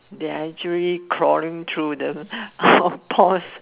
there are actually chlorine through the soft pond